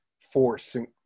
forcing